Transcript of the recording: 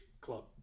Club